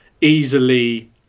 easily